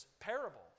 parable